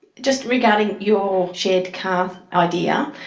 just regarding your shared car idea,